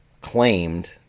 claimed